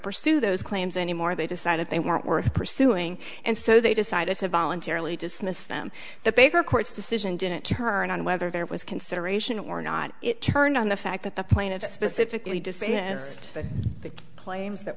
pursue those claims anymore they decided they weren't worth pursuing and so they decided to voluntarily dismiss them the baker court's decision didn't turn on whether there was consideration or not it turned on the fact that the plaintiffs specifically dismissed the claims that